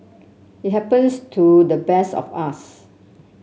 it happens to the best of us